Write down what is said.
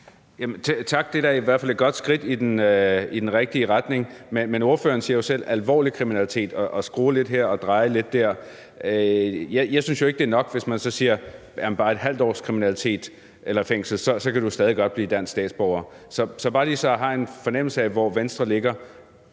tak, det er da i hvert fald et godt skridt i den rigtige retning. Men ordføreren taler jo selv om alvorlig kriminalitet og skrue lidt her og dreje lidt der. Jeg synes jo ikke, det er nok, hvis man siger, at du stadig godt kan blive dansk statsborger ved et halvt års kriminalitet eller fængsel. Så bare lige for at få en fornemmelse af, hvor Venstre ligger: